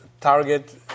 target